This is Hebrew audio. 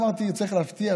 אמרתי: צריך להפתיע,